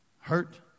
hurt